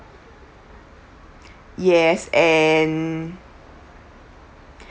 yes and